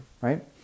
right